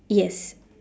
yes